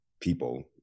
people